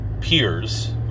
peers